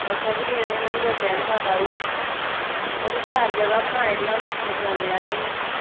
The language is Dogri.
ते उ'त्थें बी गेदे हे नगरोटे आह्ली माता बी उ'त्थें बी शैल जगह बनाई दी हून दिक्खने सुनने आह्ली